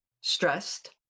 stressed